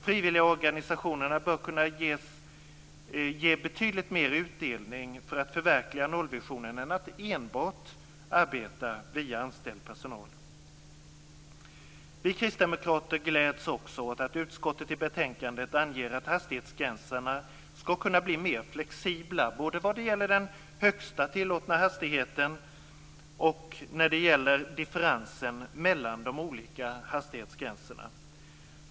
Frivilligorganisationerna bör kunna ge betydligt mer i utdelning för att förverkliga nollvisionen än att enbart arbeta via anställd personal. Vi kristdemokrater gläds också åt att utskottet i betänkandet anger att hastighetsgränserna skall kunna bli mer flexibla både vad gäller den högsta tillåtna hastigheten och differensen mellan de olika hastighetsgränserna.